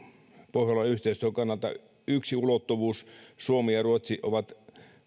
pohjolan yhteistyön kannalta yksi ulottuvuus suomi ja ruotsi ovat